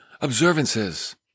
observances